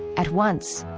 at once,